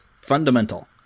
fundamental